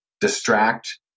distract